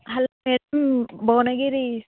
hello Bhuvanagiri